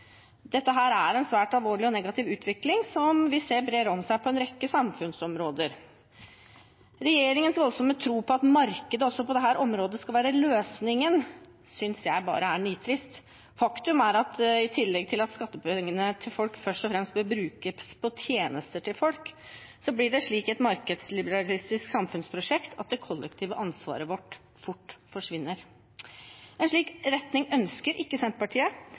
Dette er en svært alvorlig og negativ utvikling, som vi ser brer seg på en rekke samfunnsområder. Regjeringens voldsomme tro på at markedet også på dette området skal være løsningen, synes jeg bare er nitrist. Faktum er at i tillegg til at folks skattepenger først og fremst bør brukes på tjenester til folk, blir det i et markedsliberalistisk samfunnsprosjekt slik at det kollektive ansvaret vårt fort forsvinner. En slik retning ønsker ikke Senterpartiet.